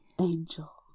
angel